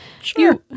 Sure